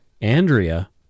Andrea